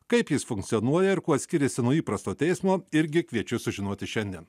kaip jis funkcionuoja ir kuo skiriasi nuo įprasto teismo irgi kviečiu sužinoti šiandien